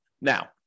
Now